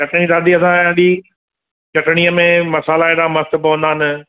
त ते दादी असां एॾी चटिणीअ में मसाला एॾा मस्तु पवंदा आहिनि